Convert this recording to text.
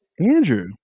Andrew